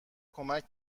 کمک